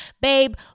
babe